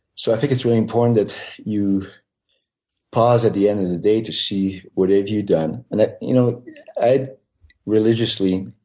so i think it's really important that you pause at the end of the day to see what have you done. and you know i religiously